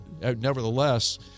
nevertheless